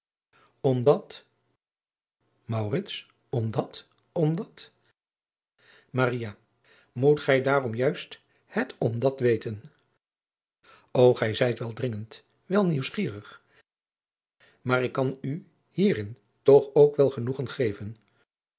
omdat omdat maria moet gij daarom juist het omdat weten o gij zijt wel dringend wel nieuwsgierig maar ik kan u hierin toch ook wel genoegen geven